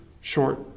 short